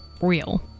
real